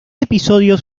episodios